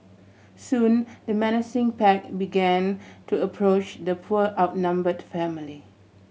soon the menacing pack began to approach the poor outnumbered family